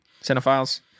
cinephiles